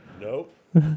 Nope